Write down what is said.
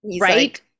right